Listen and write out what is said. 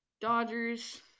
Dodgers